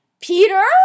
Peter